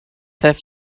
have